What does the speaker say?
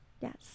Yes